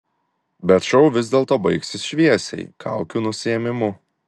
bet šou vis dėlto baigsis šviesiai kaukių nusiėmimu